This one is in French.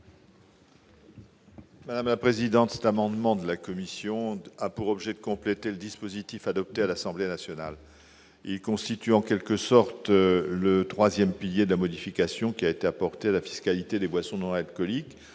rapporteur général. Cet amendement de la commission vise à compléter le dispositif adopté à l'Assemblée nationale. Il s'agit, en quelque sorte, du troisième pilier de la modification qui a été apportée à la fiscalité des boissons non alcooliques,